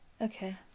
Okay